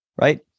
right